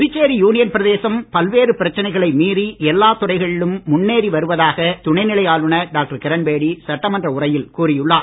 Puducherry union பிரதேசம் பல்வேறு பிரச்சனைகளை மீறி எல்லாத் துறைகளிலும் முன்னேறி வருவதாக துணைநிலை ஆளுநர் டாக்டர் கிரண்பேடி சட்டமன்ற உரையில் கூறியுள்ளார்